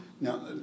Now